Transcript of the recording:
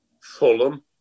Fulham